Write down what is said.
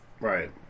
right